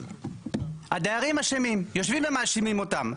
הדיירים אשמים, יושבים ומאשימים אותם.